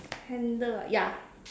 handle ah ya